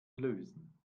lösen